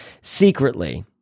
secretly